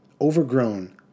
Overgrown